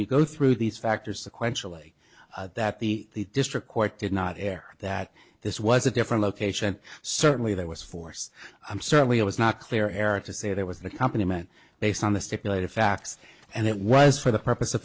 you go through these factors sequentially that the district court did not air that this was a different location certainly there was force i'm certainly it was not clear error to say there was a company man based on the stipulated facts and it was for the purpose of